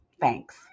thanks